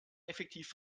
effektiv